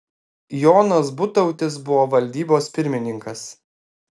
jonas butautis buvo valdybos pirmininkas